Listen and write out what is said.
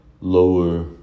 lower